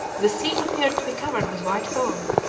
the sea appeared to be covered with white foam.